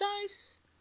dice